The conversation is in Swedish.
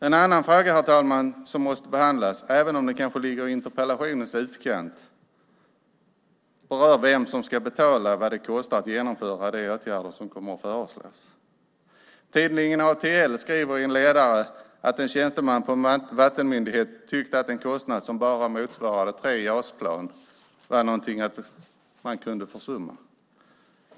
En annan fråga som måste behandlas, även om den kanske ligger i interpellationens utkant, berör vem som ska betala vad det kostar att genomföra de åtgärder som kommer att föreslås. Tidningen ATL skriver i en ledare att en tjänsteman på en vattenmyndighet tyckt att en kostnad som motsvarade tre JAS-plan var någonting man kunde försumma.